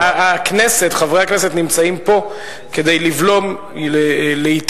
הכנסת, חברי הכנסת, נמצאים פה כדי לבלום לעתים